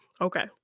Okay